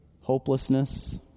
hopelessness